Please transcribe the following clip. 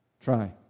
try